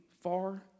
far